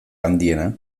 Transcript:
handiena